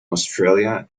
australia